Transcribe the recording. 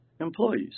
employees